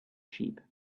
sheep